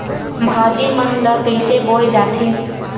भाजी मन ला कइसे बोए जाथे?